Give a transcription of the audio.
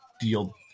deal